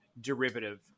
derivative